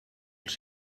els